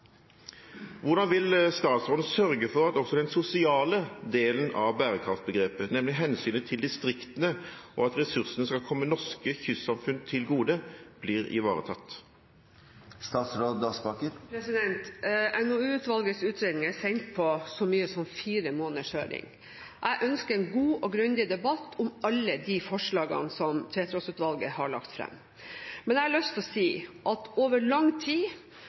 Hvordan vil statsråden sørge for at også den sosiale delen av bærekraftbegrepet, nemlig hensynet til distriktene og at ressursene skal komme norske kystsamfunn til gode, blir ivaretatt? NOU-utvalgets utredning er sendt på så mye som fire måneders høring. Jeg ønsker en god og grundig debatt om alle de forslagene som Tveterås-utvalget har lagt fram. Men jeg har lyst til å si at man over lang tid